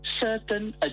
certain